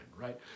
right